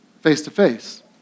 face-to-face